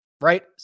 right